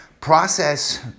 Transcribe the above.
Process